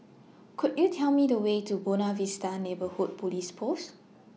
Could YOU Tell Me The Way to Buona Vista Neighbourhood Police Post